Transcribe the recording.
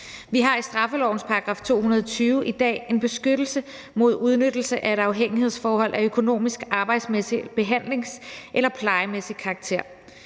Vi har i straffelovens § 220 i dag en beskyttelse mod udnyttelse af et afhængighedsforhold af økonomisk, arbejdsmæssig eller behandlings- eller plejemæssig karakter.